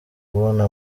kubona